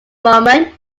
moment